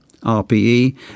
RPE